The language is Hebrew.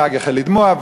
הנהג החל לדמוע,